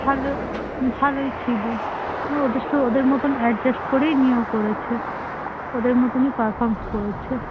ভালো ভালোই ছিল ওদের শো ওদের মতন অ্যাডজাস্ট করেই নিয়ে ও করেছে ওদের মতনই পারফর্মস করেছে